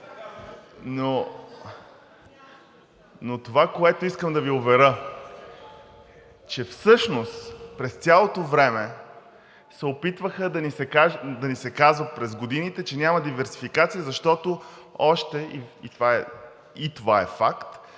Но това, което искам да Ви уверя, е, че всъщност през цялото време се опитваше да ни се казва през годините, че няма диверсификация, защото още – и това е факт